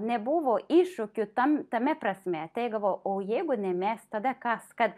nebuvo iššūkių tam tame prasme taip galvojom o jeigu ne mes tada kas kad